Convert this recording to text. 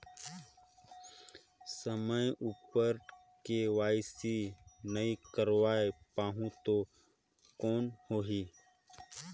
समय उपर के.वाई.सी नइ करवाय पाहुं तो कौन होही?